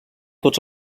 tots